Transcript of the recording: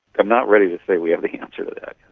i'm not ready to say we have the answer to that